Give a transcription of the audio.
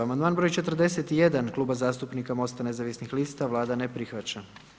Amandman broj 41 Kluba zastupnika Mosta nezavisnih lista, Vlada ne prihvaća.